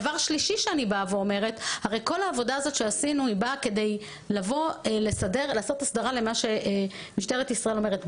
כל העבודה הזאת שעשינו באה כדי לעשות הסדרה למה שמשטרת ישראל אומרת.